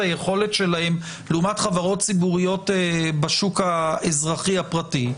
היכולת שלהם לעומת חברות ציבוריות בשוק האזרחי הפרטי,